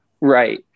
Right